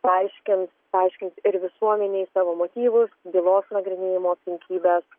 paaiškins paaiškins ir visuomenei savo motyvus bylos nagrinėjimo aplinkybes